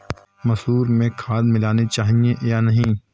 मसूर में खाद मिलनी चाहिए या नहीं?